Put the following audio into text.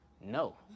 no